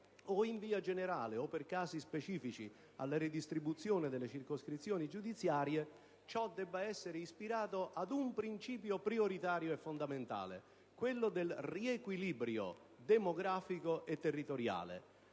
o in via generale o per casi specifici, alla redistribuzione delle circoscrizioni giudiziarie, ciò deve essere ispirato ad un principio prioritario e fondamentale, quale quello del riequilibrio demografico e territoriale.